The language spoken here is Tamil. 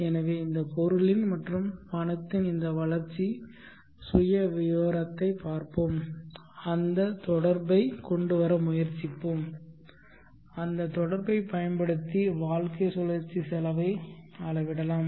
எனவே இந்த பொருளின் மற்றும் பணத்தின் இந்த வளர்ச்சி சுயவிவரத்தைப் பார்ப்போம் அந்த தொடர்பை கொண்டுவர முயற்சிப்போம் அந்த தொடர்பை பயன்படுத்தி வாழ்க்கைச் சுழற்சி செலவை அளவிடலாம்